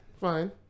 Fine